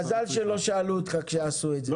מזל שלא שאלו אותך כשעשו את זה,